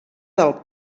del